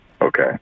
Okay